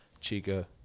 chica